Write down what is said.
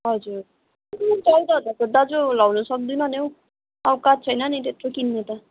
हजुर आम्म चौध हजार त दाजु लाउनु सक्दिनँ नि हौ औकात छैन नि त्यत्रो किन्ने त